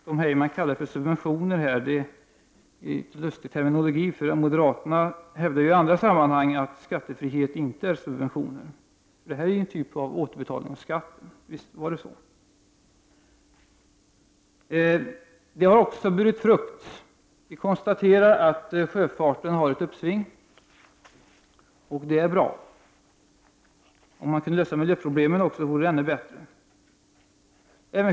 Tom Heyman kallar det för subvention, och det är en lustig terminologi, för moderaterna hävdar ju i andra sammanhang att skattefrihet inte är subventioner. Visst är det här ett slags återbetalning av skatt! Det har också burit frukt. Vi konstaterar att sjöfarten har ett uppsving, och det är bra. Om man kunde lösa miljöproblemen också, vore det ännu bättre.